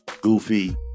goofy